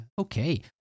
okay